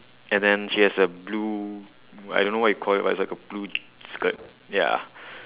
and then she has a blue I don't know what you call it but it's like a blue skirt ya